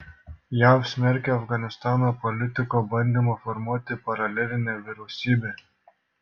jav smerkia afganistano politiko bandymą formuoti paralelinę vyriausybę